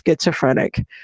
schizophrenic